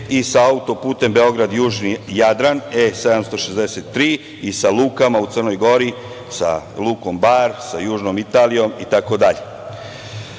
i sa auto-putem Beograd-Južni Jadran E763 i sa lukama u Crnoj Gori, sa lukom Bar, sa južnom Italijom itd.